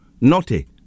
Naughty